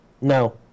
No